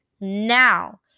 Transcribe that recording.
Now